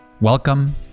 Welcome